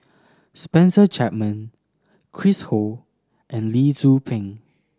Spencer Chapman Chris Ho and Lee Tzu Pheng